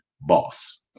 boss